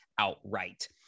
outright